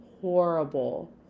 horrible